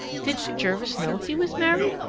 didn't jervis know he was married?